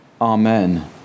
Amen